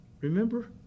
Remember